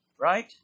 Right